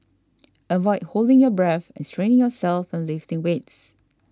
avoid holding your breath and straining yourself when lifting weights